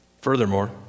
Furthermore